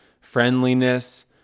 friendliness